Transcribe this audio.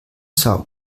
são